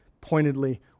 pointedly